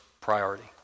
priority